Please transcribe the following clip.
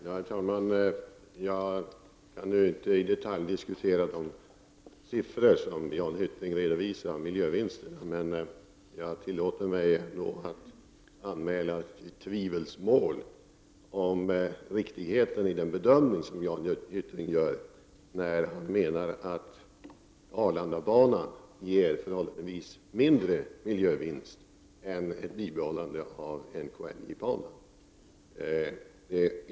Herr talman! Jag kan inte i detalj diskutera de siffror som Jan Hyttring redovisade om miljövinsterna. Jag tillåter mig dock att anmäla ett tvivelsmål om riktigheten i den bedömning som Jan Hyttring gör när han menar att Arlanda-banan ger en förhållandevis mindre miljövinst än ett bibehållande av NKLJ-banan.